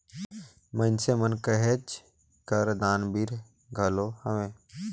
मइनसे मन कहेच कर दानबीर घलो हवें